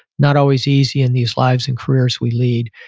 not always easy in these lives and careers we lead,